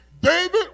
David